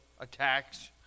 attacks